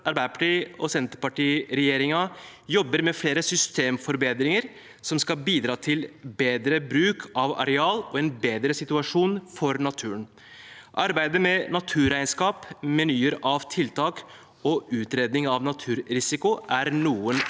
Arbeiderparti–Senterparti-regjeringen jobber med flere systemforbedringer som skal bidra til bedre bruk av areal og en bedre situasjon for naturen. Arbeidet med naturregnskap, menyer av tiltak og utredning av naturrisiko er noen av